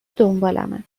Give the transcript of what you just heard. دنبالمن